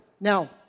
Now